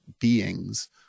beings